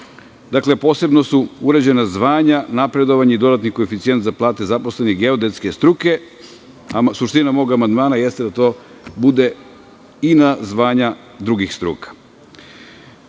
zakona, posebno su uređena zvanja, napredovanje i dodatni koeficijent za plate zaposlenih geodetske struke, suština mog amandmana jeste da to bude i na zvanja drugih